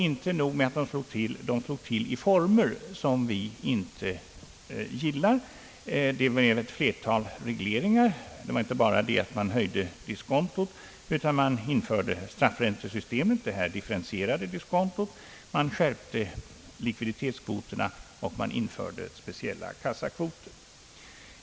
Inte nog med att banken slog till, den slog till i former som vi inte gillar, nämligen med ett flertal regleringar. Det var inte bara det, att man höjde diskontot, utan man införde ett straffräntesystem, d.v.s. ett differentierat diskonto, man skärpte likviditetskvoterna och man införde speciella kassakvoter.